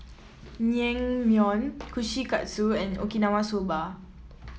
Naengmyeon Kushikatsu and Okinawa Soba